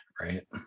right